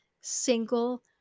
single